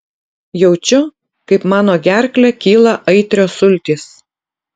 jaučiu kaip mano gerkle kyla aitrios sultys